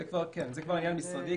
זה כבר עניין משרדי,